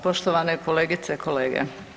Poštovane kolegice i kolege.